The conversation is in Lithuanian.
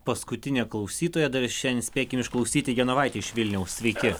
paskutinė klausytoja dar šiandien spėkim išklausyti genovaitė iš vilniaus sveiki